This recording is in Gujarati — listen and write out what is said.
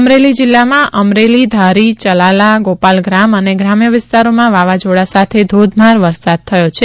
અમરેલી જિલ્લામાં અમરેલી ધારી ચલાલા ગોપાલગ્રામ અને ગ્રામ્ય વિસ્તારોમાં વાવાઝોડા સાથે ધોધમાર વરસાદ થયો છે